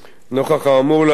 נוכח האמור לעיל,